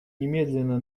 немедленное